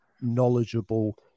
knowledgeable